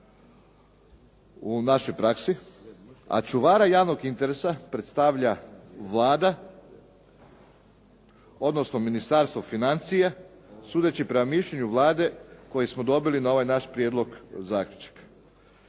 u našoj praksi, a čuvara javnog interesa predstavlja Vlada, odnosno Ministarstvo financija sudeći prema mišljenju Vlade koje smo dobili na ovaj naš prijedlog zaključka.